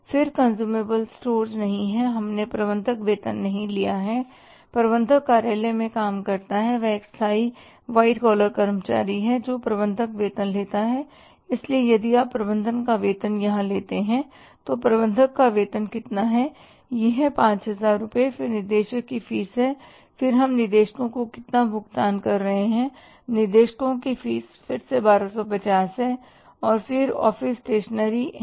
फिर consumable store नहीं है हमने प्रबंधक वेतन नहीं लिया है प्रबंधक कार्यालय में काम करता है वह एक स्थायी व्हाइट कॉलरकर्मचारी है प्रबंधक वेतन है इसलिए यदि आप प्रबंधक का वेतन यहां लेते हैं तो प्रबंधक का वेतन कितना है यह है 5000 रुपए फिर निदेशक की फीस है और हम निदेशकों को कितना भुगतान कर रहे हैं निदेशकों की फीस फिर से 1250 है फिर ऑफ़िस स्टेशनरी है